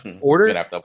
order